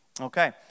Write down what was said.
okay